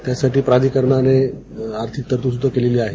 त्यासाठी प्राधिकरणाने आर्थिक तरतूद केलेली आहे